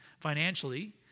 financially